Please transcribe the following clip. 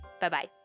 bye-bye